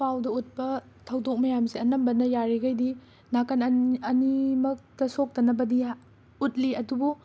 ꯄꯥꯎꯗ ꯎꯠꯄ ꯊꯧꯗꯣꯛ ꯃꯌꯥꯝꯁꯦ ꯑꯅꯝꯕꯅ ꯌꯥꯔꯤꯈꯩꯗꯤ ꯅꯥꯀꯟ ꯑꯟ ꯑꯅꯤꯃꯛꯇ ꯁꯣꯛꯇꯅꯕꯗꯤ ꯍ ꯎꯠꯂꯤ ꯑꯗꯨꯕꯨ